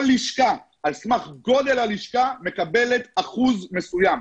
כל לישכה על סמך גודל הלישכה מקבלת אחוז מסוים.